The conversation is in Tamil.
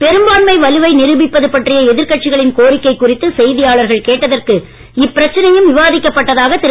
பெரும்பான்மை வலுவை நிரூபிப்பது பற்றிய எதிர்கட்சிகளின் கோரிக்கை குறித்து செய்தியாளர்கள் கேட்டதற்கு இப்பிரச்சனையும் விவாதிக்கப் பட்டதாக திரு